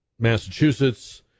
Massachusetts